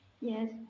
Yes